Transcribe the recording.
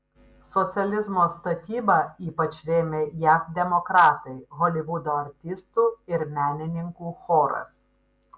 socializmo statybą ypač rėmė jav demokratai holivudo artistų ir menininkų choras